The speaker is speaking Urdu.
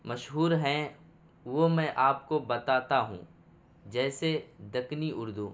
مشہور ہیں وہ میں آپ کو بتاتا ہوں جیسے دکنی اردو